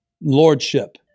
lordship